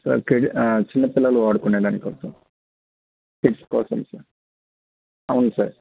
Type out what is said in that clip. sir చిన్న పిల్లలు వాడుకునే దానికోసం కిడ్స్ కోసం సార్ అవును సార్